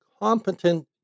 competent